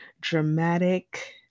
dramatic